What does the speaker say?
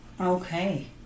Okay